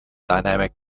dynamic